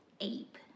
Ape